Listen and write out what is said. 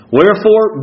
Wherefore